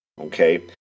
okay